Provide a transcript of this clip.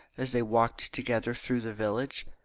as they walked together through the village.